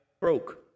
broke